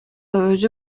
өзү